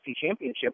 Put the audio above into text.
Championship